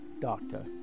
doctor